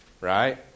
right